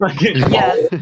Yes